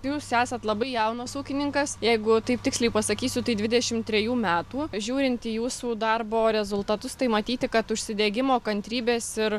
tai jūs esat labai jaunas ūkininkas jeigu taip tiksliai pasakysiu tai dvidešim trejų metų žiūrint į jūsų darbo rezultatus tai matyti kad užsidegimo kantrybės ir